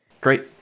great